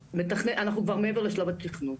אנחנו כבר מעבר לשלב התכנון.